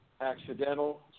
accidental